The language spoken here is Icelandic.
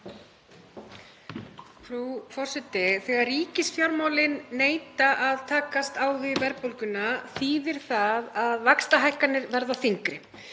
Frú forseti. Þegar ríkisfjármálin neita að takast á við verðbólguna þýðir það að vaxtahækkanir verða þyngri.